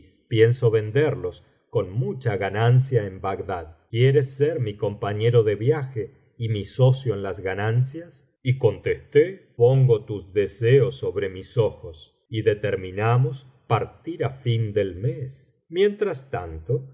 pienso venderlos con mucha ganancia en bagdad quieres ser mi compañero de viaje y mi socio en las ganancias y contesté pongo tus deseos sobre mis ojos y determinamos partir á fin del mes mientras tanto